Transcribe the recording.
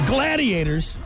Gladiators